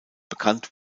bekannt